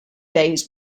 days